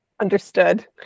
Understood